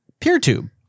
PeerTube